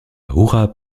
hurrah